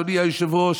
אדוני היושב-ראש: